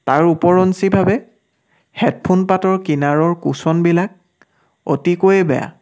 তাৰ ওপৰিঞ্চিভাৱে হেডফোনপাতৰ কিনাৰৰ কোচনবিলাক অতিকৈ বেয়া